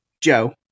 Joe